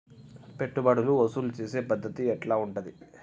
పెట్టుబడులు వసూలు చేసే పద్ధతి ఎట్లా ఉంటది?